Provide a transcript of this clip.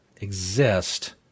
exist